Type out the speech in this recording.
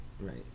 Right